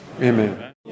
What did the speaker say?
Amen